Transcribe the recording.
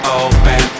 open